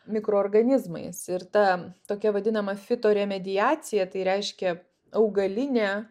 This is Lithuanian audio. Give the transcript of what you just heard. mikroorganizmais ir ta tokia vadinama fitoremediacija tai reiškia augalinė